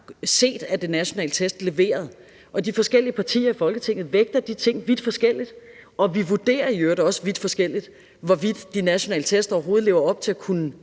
set at de nationale test leverede. De forskellige partier i Folketinget vægter de ting vidt forskelligt, og vi vurderer i øvrigt også vidt forskelligt, hvorvidt de nationale test overhovedet lever op til at kunne